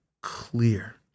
clear